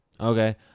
okay